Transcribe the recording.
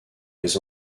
les